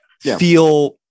feel